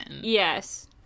Yes